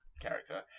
character